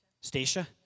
Stacia